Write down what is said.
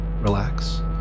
relax